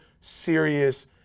serious